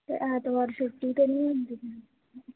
ते ऐतबार छुट्टी ते निं होंदी तुसें